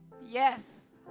Yes